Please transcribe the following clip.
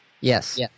Yes